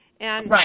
Right